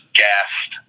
gassed